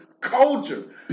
culture